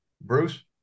Bruce